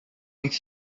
bydd